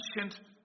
ancient